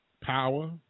power